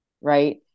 Right